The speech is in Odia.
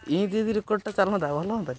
ଇନ୍ତି ଯଦି ରେକର୍ଡ଼ଟା ଚାଲନ୍ତା ଭଲ ହୁଅନ୍ତାନି